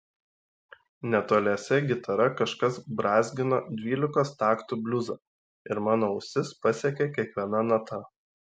netoliese gitara kažkas brązgino dvylikos taktų bliuzą ir mano ausis pasiekė kiekviena nata